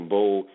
Bowl